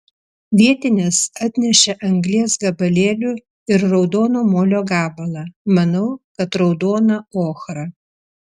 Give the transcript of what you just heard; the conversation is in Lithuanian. vietinės atnešė anglies gabalėlių ir raudono molio gabalą manau kad raudoną ochrą